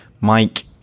Mike